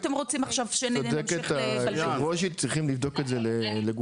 או אתם רוצים עכשיו שנמשיך -- צריכים לבדוק את זה לגופו.